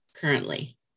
currently